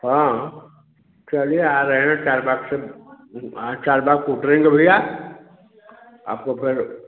हाँ चलिए आ रहें हैं चारबाग से आज चारबाग को उतरेंगे भैया आपको फ़िर